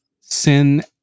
sin